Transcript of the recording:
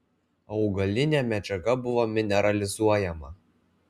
augalinė medžiaga buvo mineralizuojama